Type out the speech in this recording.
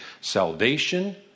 salvation